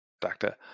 Doctor